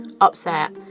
upset